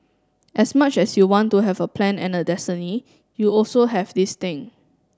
as much as you want to have a plan and a destiny you also have this thing